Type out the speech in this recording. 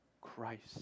Christ